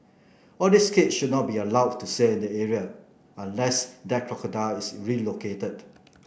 all these kids should not be allowed to sail in the area unless that crocodile is relocated